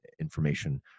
information